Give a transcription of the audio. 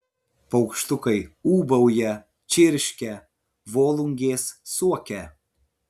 paukštukai ūbauja čirškia volungės suokia